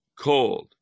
cold